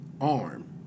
arm